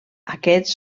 aquests